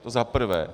To za prvé.